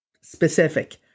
specific